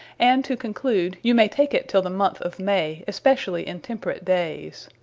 and to conclude, you may take it till the moneth of may, especially in temperate dayes.